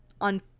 on